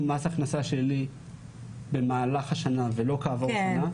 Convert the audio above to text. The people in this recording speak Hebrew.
מס הכנסה שלילי במהל השנה ולא כעבור שנה.